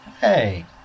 hey